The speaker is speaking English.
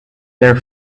their